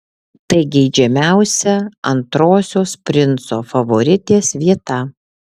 tai geidžiamiausia antrosios princo favoritės vieta